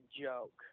joke